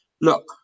look